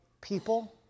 people